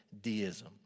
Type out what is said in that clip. deism